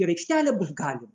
ir aikštelę bus galima